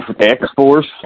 X-Force